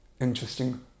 Interesting